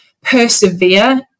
persevere